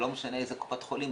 זה לא משנה איזה קופת חולים,